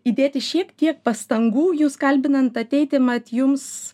įdėti šiek tiek pastangų jus kalbinant ateiti mat jums